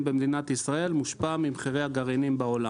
במדינת ישראל מושפע ממחירי הגרעינים בעולם.